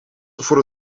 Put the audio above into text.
voor